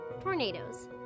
tornadoes